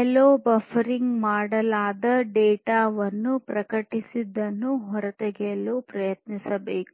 ಎಲ್ಲೋ buffer ಮಾಡಲಾದ data ವನ್ನು ಪ್ರಕಟಿಸಿದ್ದನ್ನು ಹೊರತೆಗೆಯಲು ಪ್ರಯತ್ನಿಸಬೇಕು